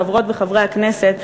חברות וחברי הכנסת,